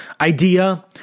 idea